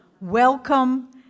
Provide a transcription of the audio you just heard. welcome